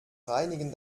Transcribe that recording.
reinigen